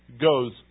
goes